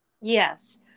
Yes